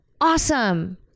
awesome